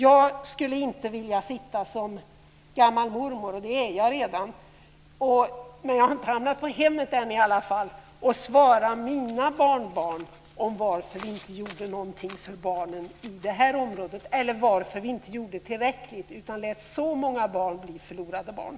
Jag skulle inte vilja sitta som gammal mormor - det är jag redan, men jag har inte hamnat på hemmet än i alla fall - och svara mina barnbarn på varför vi inte gjorde något för barnen i det här området, eller varför vi inte gjorde tillräckligt utan lät så många barn bli förlorade barn.